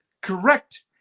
correct